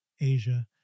Asia